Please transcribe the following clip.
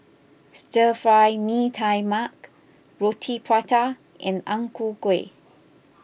Stir Fry Mee Tai Mak Roti Prata and Ang Ku Kueh